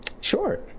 sure